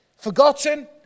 forgotten